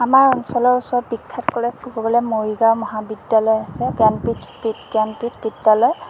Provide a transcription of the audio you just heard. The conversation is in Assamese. আমাৰ অঞ্চলৰ ওচৰত বিখ্যাত কলেজ বুলি ক'বলৈ মৰিগাঁও মহাবিদ্যালয় আছে জ্ঞানপীঠ বিজ্ঞানপীঠ বিদ্যালয়